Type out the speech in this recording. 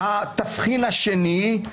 תודה.